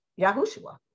Yahushua